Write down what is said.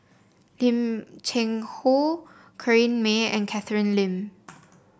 Lim Cheng Hoe Corrinne May and Catherine Lim